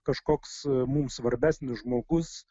kažkoks mums svarbesnis žmogus